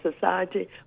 society